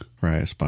Right